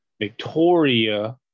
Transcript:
Victoria